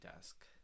desk